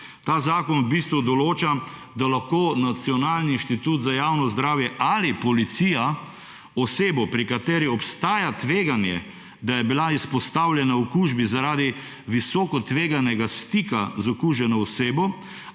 ta zakon v bistvu določa, da lahko Nacionalni inštitut za javno zdravje ali policija osebo, pri kateri obstaja tveganje, da je bila izpostavljena okužbi zaradi visoko tveganega stika z okuženo osebo